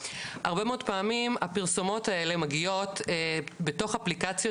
הרבה מאוד פעמים הפרסומות האלה מגיעות בתוך אפליקציות